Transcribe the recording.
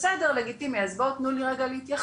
בסדר, לגיטימי, אז בואו תנו לי רק להתייחס.